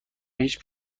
هیچ